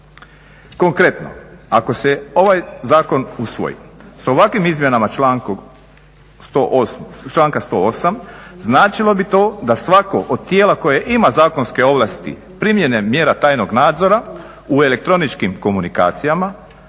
Konkretno, ako se ovaj zakon usvoji, s ovakvim izmjenama članka 108. značilo bi to da svatko od tijela koje ima zakonske ovlasti primjene mjera tajnog nadzora u elektroničkim komunikacijama